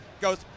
goes